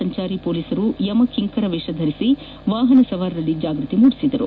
ಸಂಚಾರಿ ಪೊಲೀಸರು ಯಮಕಿಂಕರ ವೇಷ ಧರಿಸಿ ವಾಹನ ಸವಾರರಲ್ಲಿ ಜಾಗೃತಿ ಮೂಡಿಸಿದರು